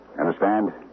Understand